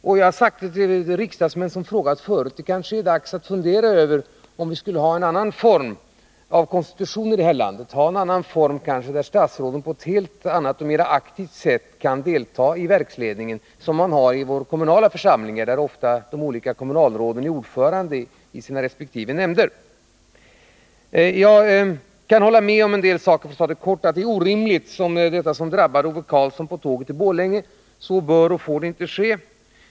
Och jag har sagt till riksdagsmän som frågat förut: Det kanske är dags att fundera över om vi skall ha en annan form av konstitution i det här landet, där statsråden på ett helt annat och mer aktivt sätt kan delta i verksledningar, som det är i våra kommunala församlingar, där de olika kommunalråden ofta är ordförande i sina resp. nämnder. Jag kan — för att ta det kort — hålla med om en del saker. Detta som drabbade Ove Karlsson på tåget i Borlänge är orimligt — så bör och får det inte gå till.